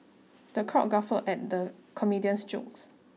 the crowd guffawed at the comedian's jokes